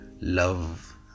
love